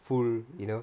full you know